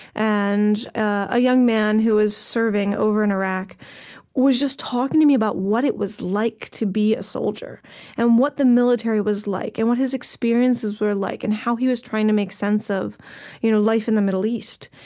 and a young man who was serving over in iraq was just talking to me about what it was like to be a soldier and what the military was like and what his experiences were like and how he was trying to make sense of you know life in the middle east.